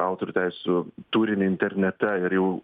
autorių teisių turinį internete ir jau